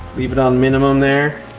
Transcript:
leave it on minimum there.